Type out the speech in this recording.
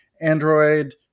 Android